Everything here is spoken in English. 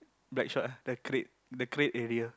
Blackshot ah the crate the crate area